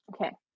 Okay